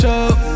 up